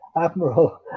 Admiral